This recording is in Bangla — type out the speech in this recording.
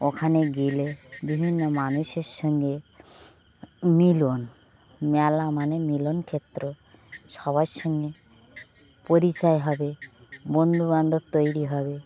ওখানে গেলে বিভিন্ন মানুষের সঙ্গে মিলন মেলা মানে মিলন ক্ষেত্র সবার সঙ্গে পরিচয় হবে বন্ধুবান্ধব তৈরি হবে